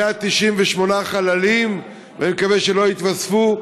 198 חללים, ואני מקווה שלא יתווספו,